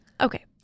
okay